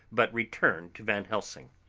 but returned to van helsing.